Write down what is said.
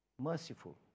merciful